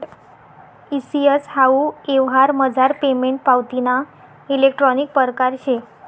E CS हाऊ यवहारमझार payment पावतीना इलेक्ट्रानिक परकार शे